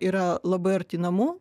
yra labai arti namų